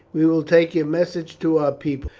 we will take your message to our people,